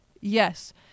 Yes